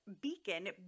Beacon